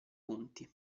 punti